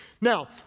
Now